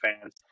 fans